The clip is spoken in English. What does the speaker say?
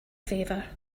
favor